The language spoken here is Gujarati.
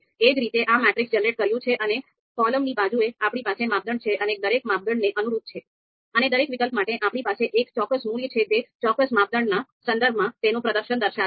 એ જ રીતે આ મેટ્રિક્સ જનરેટ કર્યું છે અને કૉલમની બાજુએ આપણી પાસે માપદંડ છે અને દરેક માપદંડને અનુરૂપ છે અને દરેક વિકલ્પ માટે આપણી પાસે એક ચોક્કસ મૂલ્ય છે જે ચોક્કસ માપદંડના સંદર્ભમાં તેનું પ્રદર્શન દર્શાવે છે